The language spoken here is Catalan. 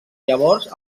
llavors